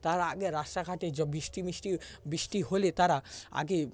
তার আগে রাস্তাঘাটে য বৃষ্টি মিষ্টি বৃষ্টি হলে তারা আগে